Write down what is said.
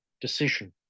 decision